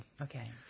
Okay